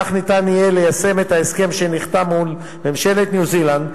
כך ניתן יהיה ליישם את ההסכם שנחתם מול ממשלת ניו-זילנד,